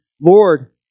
Lord